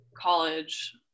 college